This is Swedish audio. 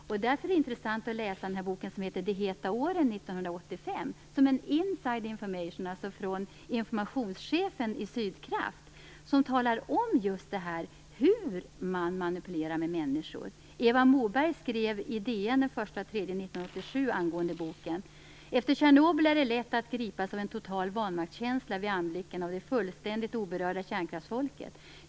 Det är därför intressant att läsa en bok som heter De heta åren från 1985. Det är inside information från informationschefen på Sydkraft. Där kan man läsa hur man manipulerar människor. Eva Moberg skrev i Dagens Nyheter den 1 mars 1987 angående boken att efter Tjernobyl är det lätt att gripas av en total vanmaktskänsla vid anblicken av de fullständigt oberörda kärnkraftsfolket.